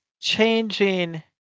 changing